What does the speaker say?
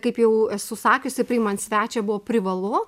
kaip jau esu sakiusi priimant svečią buvo privalu